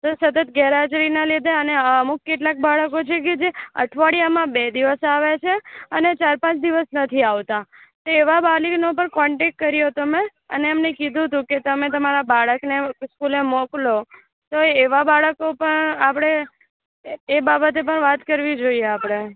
sir સતત ગેરહાજરીના લીધે અને અમુક કેટલાક બાળકો છે કે જે અઠવાડિયામાં બે દિવસ આવે છે અને ચાર પાંચ દિવસ નથી આવતા તો એવા વાલીઓનો પણ કોન્ટેક્ટ કર્યો તો મેં અને એમને કીધું તું કે તમે તમારા બાળકને સ્કૂલે મોકલો તોય એવા બાળકો પણ આપણે એ બાબતે પણ વાત કરવી જોઈએ આપણે